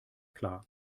klar